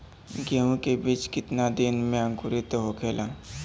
गेहूँ के बिज कितना दिन में अंकुरित होखेला?